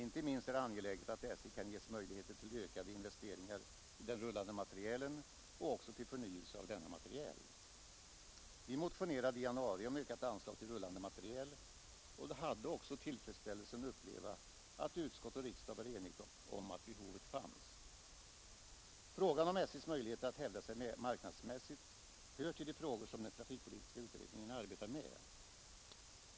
Inte minst är det angeläget att SJ kan ges möjligheter till ökande investeringar i den rullande materielen och även till förnyelse av denna materiel. Vi motionerade i januari om ökat anslag till rullande materiel och hade också tillfredsställelsen uppleva att utskott och kammare var eniga om att behovet fanns. Frågan om SJ:s möjligheter att hävda sig marknadsmässigt hör till de frågor som den trafikpolitiska utredningen arbetar med.